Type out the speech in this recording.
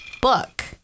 book